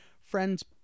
friend's